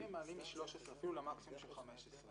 אם הם מעלים מ-13% למקסימום של 15%,